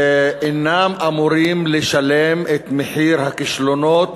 אינם אמורים לשלם את מחיר הכישלונות